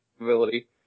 ability